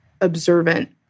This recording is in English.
observant